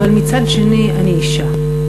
אבל מצד שני אני אישה.